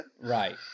Right